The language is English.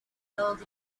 held